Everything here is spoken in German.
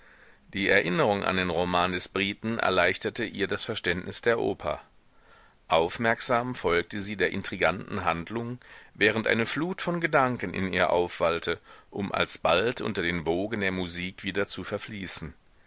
die erinnerung an den roman des briten erleichterte ihr das verständnis der oper aufmerksam folgte sie der intriganten handlung während eine flut von gedanken in ihr aufwallte um alsbald unter den wogen der musik wieder zu verfließen